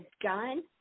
done